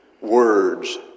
words